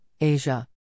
Asia